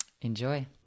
Enjoy